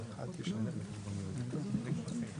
נכון.